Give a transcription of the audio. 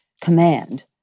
command